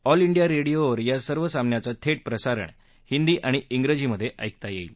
all India रेडिओवर या सर्व सामन्यांचं थेट प्रसारण हिंदी आणि उजीमधे ऐकता येईल